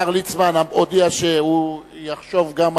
העברת האשפוז הסיעודי לאחריות קופות-החולים),